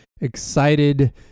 Excited